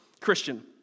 Christian